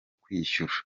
kwishyura